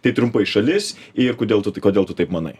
tai trumpai šalis ir kodėl tu kodėl tu taip manai